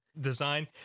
design